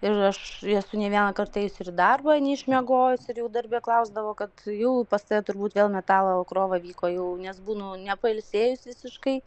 ir aš esu ne vieną kartą ėjus ir į darbą neišmiegojusi ir jau darbe klausdavo kad jau pas tave turbūt vėl metalo krova vyko jau nes būnu nepailsėjus visiškai